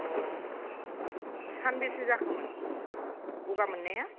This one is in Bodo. अ सानबेसे जाखो मोन गगा मोननाया